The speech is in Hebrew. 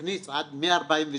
הכניס מ-43'